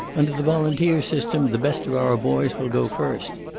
under the volunteer system the best of our boys will go first.